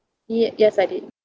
ya yes I did